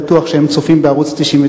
בטוח שהם צופים בערוץ-99,